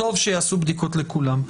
טוב שיעשו בדיקות לכולם.